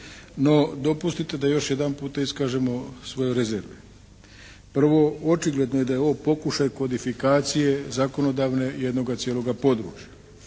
No dopustite da još jedanputa iskažemo svoje rezerve. Prvo, očigledno je da je ovo pokušaj kodifikacije zakonodavne i jednoga cijeloga područja